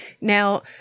Now